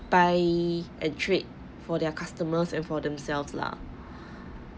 buy and trade for their customers and for themselves lah